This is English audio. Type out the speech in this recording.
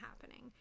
happening